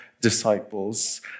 disciples